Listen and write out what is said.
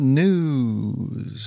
news